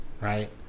right